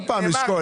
עוד פעם 'לשקול'.